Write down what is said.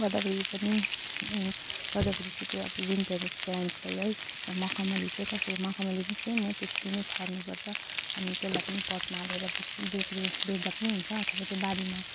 गदावारी पनि गदावारी चाहिँ त्यो अब विन्टर प्लान्ट्स भयो है मखमली चाहिँ कसरी मखमली पनि सेम हो त्यसरी नै छर्नुपर्छ अनि त्यसलाई पनि पटमा हालेर बिक्री बिक्री बेच्दा पनि हुन्छ अथवा त्यो बारीमा